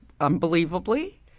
unbelievably